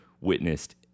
witnessed